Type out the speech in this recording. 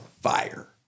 fire